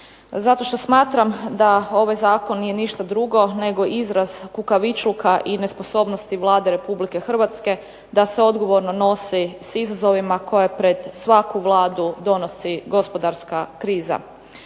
zato što smatram da ovaj zakon nije ništa drugo nego izraz kukavičluka i nesposobnosti Vlade RH da se odgovorno nosi s izazovima koje pred svaku Vladu donosi gospodarska kriza.